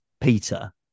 Peter